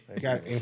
got